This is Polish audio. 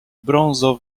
brązo